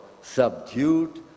subdued